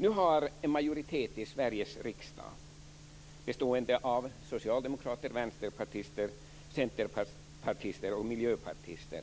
Nu har en majoritet i Sveriges riksdag bestående av socialdemokrater, vänsterpartister, centerpartister och miljöpartister